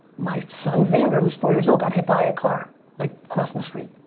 my son xander, who's four years old, got hit by a car like crossing the street.